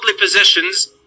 possessions